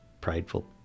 prideful